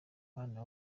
mana